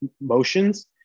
motions